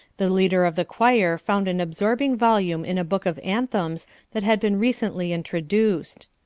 the leader of the choir found an absorbing volume in a book of anthems that had been recently introduced.